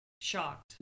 Shocked